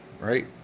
right